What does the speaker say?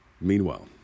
Meanwhile